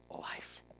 life